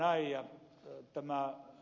hyvä näin